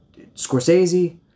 Scorsese